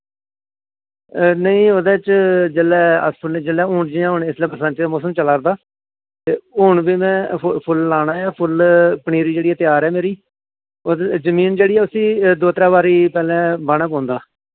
नेईं ओह्दे च जिल्लै अस सुननें हून जि'यां हून इसलै बरसांती दा मौसम चला'रदा ते हून बी में फुल्ल लाना ऐ फुल्ल पनीरी जेह्ड़ी ऐ त्यार ऐ मेरी और जमीन जेह्ड़ी ऐ जमीन जेह्ड़ी ऐ उस्सी दो त्रै बारी पैह्लें बाह्ना पौंदा